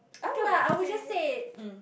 okay lah I will just say